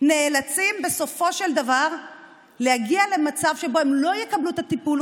נאלצים בסופו של דבר להגיע למצב שבו הם לא יקבלו את הטיפול.